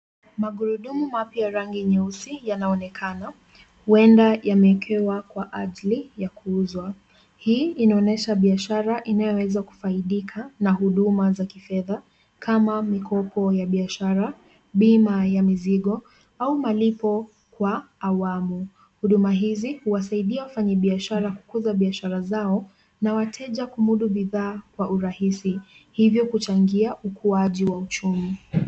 Magurudumu mapya ya rangi nyeusi yanaonekana. Huenda yameekewa kwa ajili ya kuuza. Hii inaonyesha biashara inayoweza kufaidika na huduma za kifedha kama mikopo ya biashara, bima ya mizigo au malipo kwa awamu. Huduma hizi huwasaidia wafanyibiashara kukuza biashara zao na wateja kumudu bidhaa kwa urahisi. Hivyo kuchangia ukuaji wa uchumi.